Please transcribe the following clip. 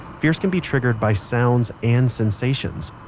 fears can be triggered by sounds and sensations.